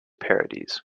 parodies